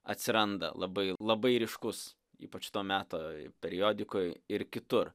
atsiranda labai labai ryškus ypač to meto periodikoj ir kitur